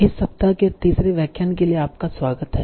इस सप्ताह के तीसरे व्याख्यान के लिए आपका स्वागत है